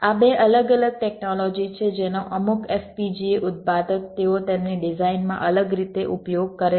આ બે અલગ અલગ ટેકનોલોજી છે જેનો અમુક FPGA ઉત્પાદક તેઓ તેમની ડિઝાઇનમાં અલગ રીતે ઉપયોગ કરે છે